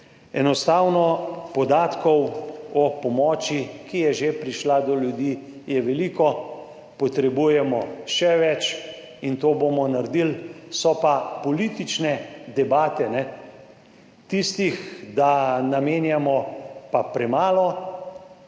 Enostavno podatkov o pomoči, ki je že prišla do ljudi, je veliko, potrebujemo še več in to bomo naredili. So pa politične debate tistih, da namenjamo pa premalo